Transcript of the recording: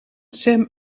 sem